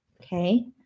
okay